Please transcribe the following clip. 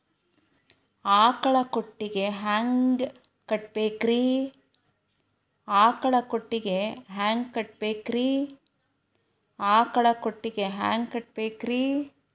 ಆಕಳ ಕೊಟ್ಟಿಗಿ ಹ್ಯಾಂಗ್ ಕಟ್ಟಬೇಕ್ರಿ?